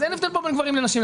אין הבדל בין גברים לנשים.